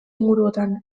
inguruotan